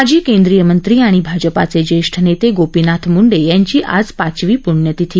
माजी केंद्रीय मंत्री आणि भाजपाचे जेष्ठ नेते गोपीनाथ मुंडे यांची आज पाचवी पुण्यतिथी